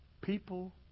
People